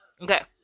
Okay